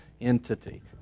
entity